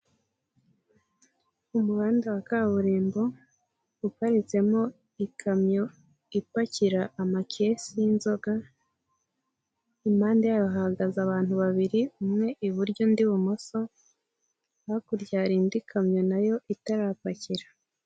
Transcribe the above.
Umuhanda wa kaburimbo uparitsemo ikamyo ipakira amakesi y'inzoga, impande yayo hahagaze abantu babiri umwe iburyo undi ibumoso, hakurya hari indi kamyo nayo itarapakira.